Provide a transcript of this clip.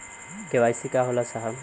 KYC का होला साहब?